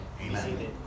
Amen